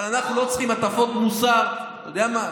אבל אנחנו לא צריכים הטפות מוסר, אתה יודע מה?